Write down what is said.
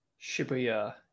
Shibuya